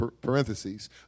parentheses